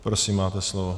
Prosím, máte slovo.